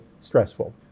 stressful